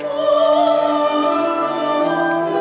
oh yeah